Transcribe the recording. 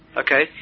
okay